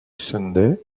sunday